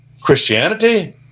Christianity